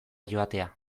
joatea